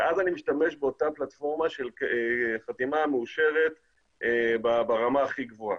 אז אני משתמש באותה פלטפורמה של חתימה מאושרת ברמה הכי גבוהה.